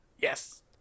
Yes